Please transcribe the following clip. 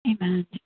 Amen